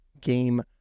game